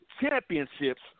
championships